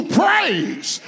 praise